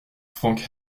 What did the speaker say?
franck